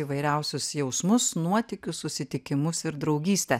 įvairiausius jausmus nuotykius susitikimus ir draugystę